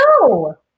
No